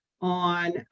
on